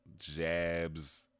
jabs